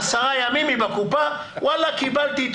10 ימים היא בקופה וואלה קיבלתי,